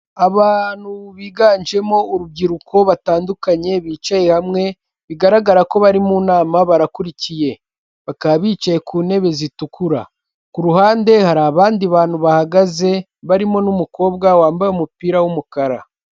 Abantu biganjemo urubyiruko batandukanye bicaye hamwe, bigaragara ko bari mu nama barakurikiye. Bakaba bicaye ku ntebe zitukura. Kuruhande hari abandi bantu bahagaze barimo n'umukobwa wambaye umupira w'umukara